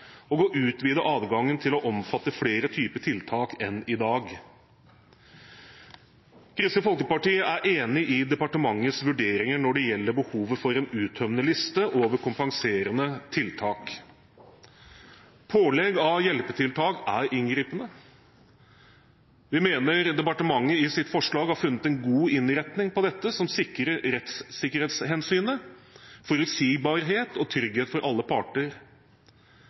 og å utvide adgangen til å omfatte flere typer tiltak enn i dag. Kristelig Folkeparti er enig i departementets vurderinger når det gjelder behovet for en uttømmende liste over kompenserende tiltak. Pålegg av hjelpetiltak er inngripende. Vi mener departementet i sitt forslag har funnet en god innretning av dette som sikrer rettssikkerhetshensynet, forutsigbarhet og trygghet for alle parter.